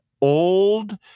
old